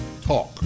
talk